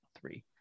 three